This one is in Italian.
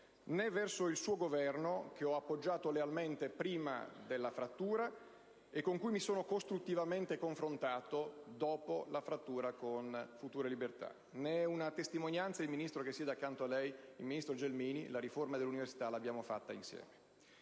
né verso il suo Governo, che ho appoggiato lealmente prima della frattura e con cui mi sono costruttivamente confrontato dopo la frattura con Futuro e Libertà. Ne è una testimonianza il Ministro che le siede accanto, l'onorevole Gelmini, perché la riforma dell'università l'abbiamo fatta insieme.